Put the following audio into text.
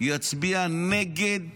אצביע נגד